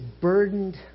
burdened